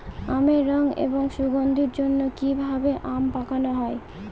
আমের রং এবং সুগন্ধির জন্য কি ভাবে আম পাকানো হয়?